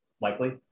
likely